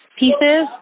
pieces